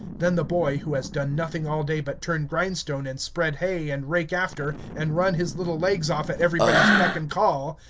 then the boy, who has done nothing all day but turn grindstone, and spread hay, and rake after, and run his little legs off at everybody's beck and call,